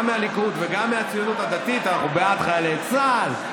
גם מהליכוד וגם מהציונות הדתית: אנחנו בעד חיילי צה"ל,